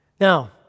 Now